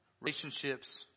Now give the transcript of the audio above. Relationships